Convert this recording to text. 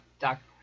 doctor